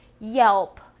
Yelp